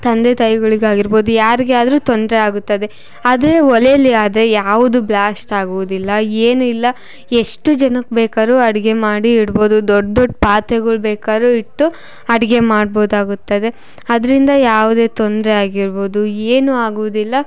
ತಂದೆ ತಾಯಿಗಳಿಗಾಗಿರ್ಬೋದು ಯಾರಿಗೆ ಆದರೂ ತೊಂದರೆ ಆಗುತ್ತದೆ ಆದರೆ ಒಲೇಲ್ಲಿ ಆದರೆ ಯಾವುದು ಬ್ಲಾಸ್ಟ್ ಆಗುವುದಿಲ್ಲ ಏನೂ ಇಲ್ಲ ಎಷ್ಟು ಜನಕ್ಕೆ ಬೇಕಾದ್ರೂ ಅಡಿಗೆ ಮಾಡಿ ಇಡ್ಬೋದು ದೊಡ್ಡ ದೊಡ್ಡ ಪಾತ್ರೆಗಳು ಬೇಕಾದ್ರೂ ಇಟ್ಟು ಅಡಿಗೆ ಮಾಡ್ಬೋದು ಆಗುತ್ತದೆ ಅದರಿಂದ ಯಾವುದೇ ತೊಂದರೆ ಆಗಿರ್ಬೋದು ಏನು ಆಗುವುದಿಲ್ಲ